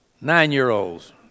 nine-year-olds